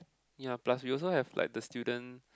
ya plus we also have like the student